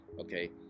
okay